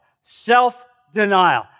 Self-denial